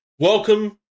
Welcome